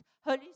Holy